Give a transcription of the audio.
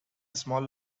small